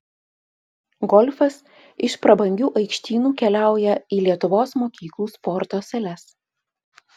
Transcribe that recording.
golfas iš prabangių aikštynų keliauja į lietuvos mokyklų sporto sales